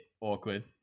awkward